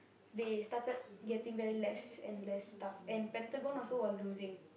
they started getting very less and less stuff and Pentagon also was losing